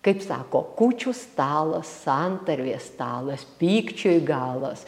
kaip sako kūčių stalas santarvės stalas pykčiui galas